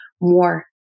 more